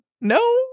No